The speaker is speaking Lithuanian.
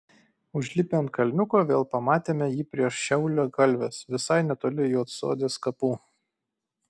užlipę ant kalniuko vėl pamatėme jį prie šiaulio kalvės visai netoli juodsodės kapų